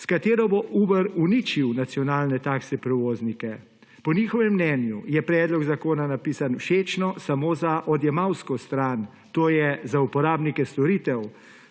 s katero bo Uber uničil nacionalne taksi prevoznike, po njihovem mnenju je predlog zakona napisan všečno samo za odjemalsko stran, to je za uporabnike storitev,